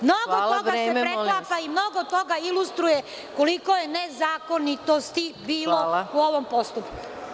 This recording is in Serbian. Mnogo toga se preklapa i mnogo toga ilustruje koliko je nezakonitosti bilo u ovom postupku.